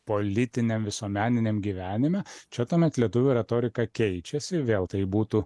politiniam visuomeniniam gyvenime čia tuomet lietuvių retorika keičiasi vėl tai būtų